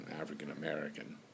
African-American